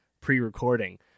pre-recording